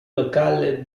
locale